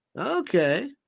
Okay